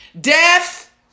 Death